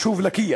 את היישוב לקיה,